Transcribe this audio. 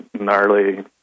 gnarly